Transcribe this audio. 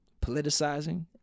Politicizing